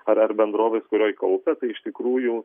ar ar bendrovės kurioj kaupia tai iš tikrųjų